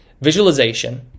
visualization